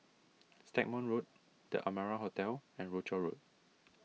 Stagmont Road the Amara Hotel and Rochor Road